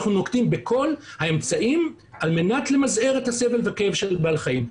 אנחנו נוקטים בכל האמצעים על מנת למזער את הסבל והכאב של בעלי חיים.